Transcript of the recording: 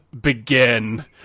begin